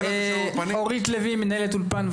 אורית לוי, מנהלת אולפן,